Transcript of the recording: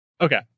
Okay